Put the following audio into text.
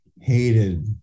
hated